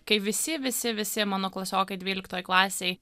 kai visi visi visi mano klasiokai dvyliktoj klasėj